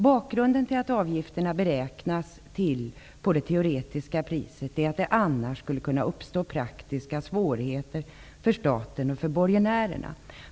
Bakgrunden till att avgifterna beräknas på det teoretiska priset är att det annars skulle kunna uppstå praktiska svårigheter för staten och borgenärerna.